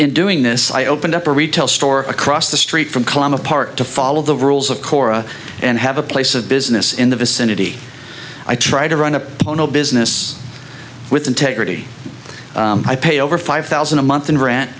in doing this i opened up a retail store across the street from climate park to follow the rules of korra and have a place of business in the vicinity i try to run a busy this with integrity i pay over five thousand a month in rent